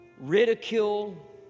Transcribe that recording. ridicule